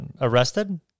arrested